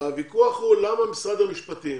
הוויכוח הוא למה משרד המשפטים